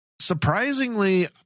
Surprisingly